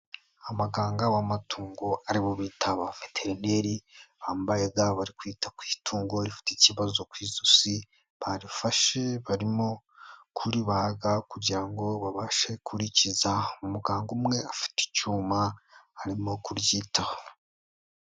Abaganga b'amatungo aribo bita abaveterineri, bambaye ga bari kwita ku itungo rifite ikibazo ku ijosi, barifashe barimo kuribaga kugira ngo babashe kurikiza. Umuganga umwe afite icyuma arimo kuryitaho.